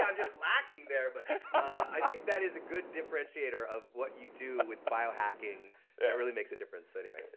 um just lacking there, but i think that is a good differentiator of what you do with biohacking that really makes a difference. anyway,